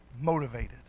motivated